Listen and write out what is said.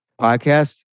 podcast